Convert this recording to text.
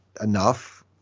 enough